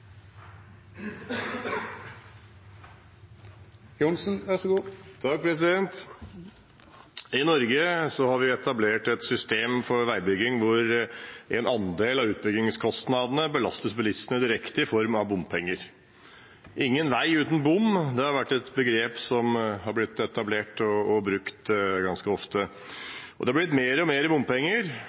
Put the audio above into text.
I Norge har vi etablert et system for veibygging hvor en andel av utbyggingskostnadene belastes bilistene direkte, i form av bompenger. «Ingen vei uten bom» har vært et uttrykk som har blitt etablert og brukt ganske ofte. Det har blitt flere og flere bompenger,